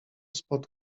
spod